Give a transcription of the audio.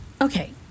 Okay